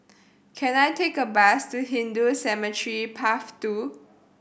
can I take a bus to Hindu Cemetery Path Two